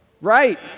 right